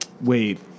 Wait